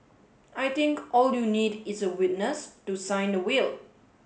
I think all you need is a witness to sign the will